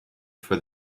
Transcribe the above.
for